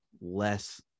less